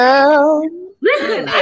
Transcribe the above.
Listen